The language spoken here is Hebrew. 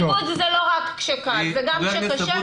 מנהיגות זה לא רק כשקל, זה גם כשקשה.